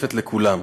משותפת לכולם.